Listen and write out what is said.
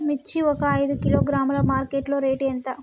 మిర్చి ఒక ఐదు కిలోగ్రాముల మార్కెట్ లో రేటు ఎంత?